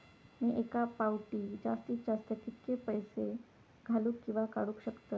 मी एका फाउटी जास्तीत जास्त कितके पैसे घालूक किवा काडूक शकतय?